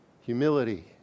Humility